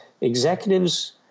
executives